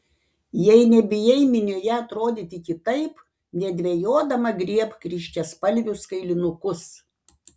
jei nebijai minioje atrodyti kitaip nedvejodama griebk ryškiaspalvius kailinukus